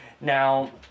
Now